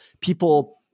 people